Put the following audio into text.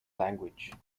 language